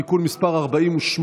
(תיקון מס' 10),